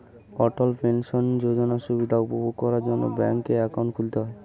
অটল pension যোজনার সুবিধা উপভোগ করার জন্যে ব্যাংকে অ্যাকাউন্ট খুলতে হয়